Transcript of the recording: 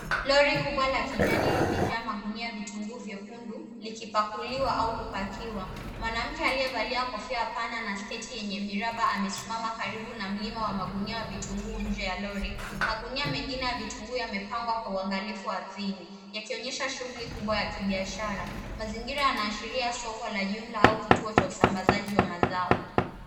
Lori kubwa la kijani limejaa magunia ya vitunguu vyekundu likipakuliwa au kupakwa. Mwanamke aliye valia kofia pana na sketi yenye miraba amesimama karibu na mlima wa magunia wa vitunguu nje ya Lori. Magunia mengine yamepangwa kwa uangalifu ardhini. Yakionyesha shughuli kubwa ya kibiashara. Mazingira yana ashiria soko la jumla au kituo cha usambazaji wa mazao.